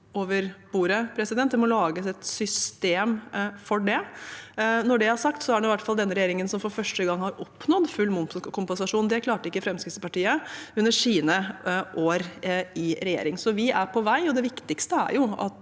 Det må lages et system for det. Når det er sagt, har i hvert fall denne regjeringen – for første gang – oppnådd full momskompensasjon. Det klarte ikke Fremskrittspartiet i løpet av sine år i regjering. Vi er på vei. Det viktigste er at